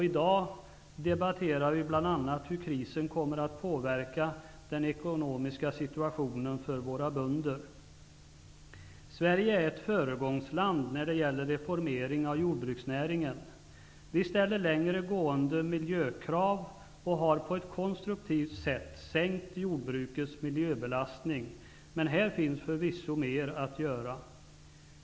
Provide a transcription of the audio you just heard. I dag debatterar vi bl.a. hur krisen kommer att påverka den ekonomiska situationen för våra bönder. Sverige är ett föregångsland vad gäller reformering av jordbruksnäringen. Vi ställer längre gående miljökrav och har på ett konstruktivt sätt sänkt jordbrukets miljöbelastning, men här finns förvisso mer att göra.